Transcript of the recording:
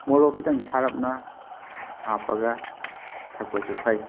ꯃꯣꯔꯣꯛ ꯈꯤꯇꯪ ꯁꯥꯔꯞꯅ ꯍꯥꯞꯄꯒ ꯊꯛꯄꯁꯨ ꯐꯩ